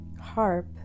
harp